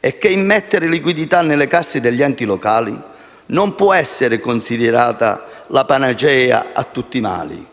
è che immettere liquidità nelle casse degli enti locali non può essere considerata la panacea a tutti i mali.